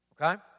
Okay